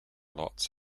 lots